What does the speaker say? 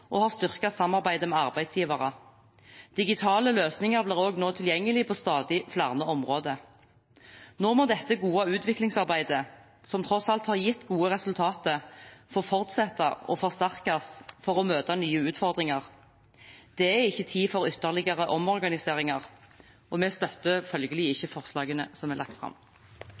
har styrket samarbeidet med arbeidsgivere. Digitale løsninger blir også nå tilgjengelig på stadig flere områder. Nå må dette gode utviklingsarbeidet, som tross alt har gitt gode resultater, få fortsette og forsterkes for å møte nye utfordringer. Det er ikke tid for ytterligere omorganiseringer, og vi støtter følgelig ikke forslagene som er lagt fram.